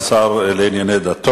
3. מה ייעשה למניעת מצב